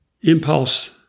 impulse